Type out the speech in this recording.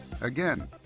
Again